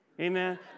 Amen